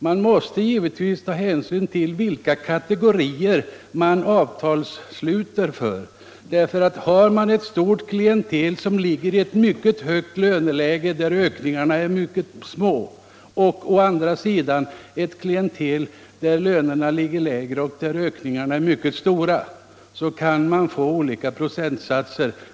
Man måste givetvis ta hänsyn till vilka kategorier man sluter avtal för. Har man ett stort klientel i ett mycket högt löneläge, där ökningarna är mycket små, och å andra sidan ett klientel som har lägre löner och som får mycket stora ökningar, kan procentsatserna visserligen bli olika höga.